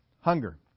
Hunger